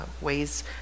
ways